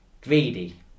Greedy